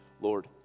Lord